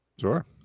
Sure